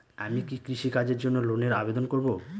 আমি কি কৃষিকাজের জন্য লোনের আবেদন করব?